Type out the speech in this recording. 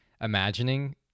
imagining